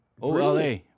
OLA